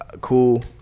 Cool